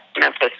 Memphis